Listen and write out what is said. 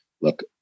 Look